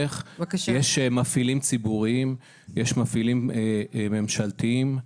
יש מפעילים ציבוריים, יש מפעילים ממשלתיים.